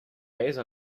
based